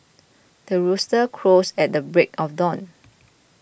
the rooster crows at the break of dawn